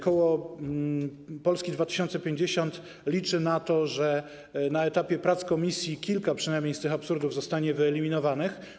Koło Polska 2050 liczy na to, że na etapie prac w komisji przynajmniej kilka absurdów zostanie wyeliminowanych.